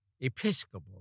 Episcopal